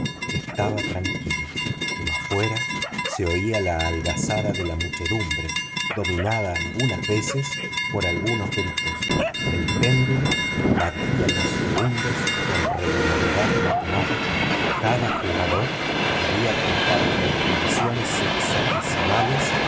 estaba tranquilo pero afuera se oía la algazara de la muchedumbre dominada algunas veces por agudos gritos el péndulo batía los segundos con seguridad matemática cada jugador podía contar con las divisiones sexagesimales que